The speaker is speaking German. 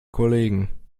kollegen